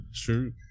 True